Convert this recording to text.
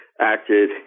acted